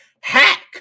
hack